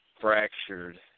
fractured